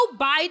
Biden